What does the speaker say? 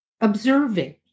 observing